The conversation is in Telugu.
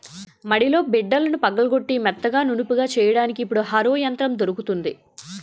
మడిలో బిడ్డలను పగలగొట్టి మెత్తగా నునుపుగా చెయ్యడానికి ఇప్పుడు హరో యంత్రం దొరుకుతుంది